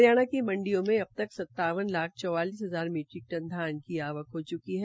हरियाणा की मंडियो में अब तक सतावन लाख चौवालिस हजार मीट्रिक टन धान की आवक हो च्की है